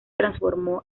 transformó